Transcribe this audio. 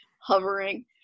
hovering